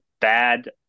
bad